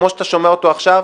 כמו שאתה שומע אותו עכשיו,